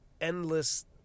endless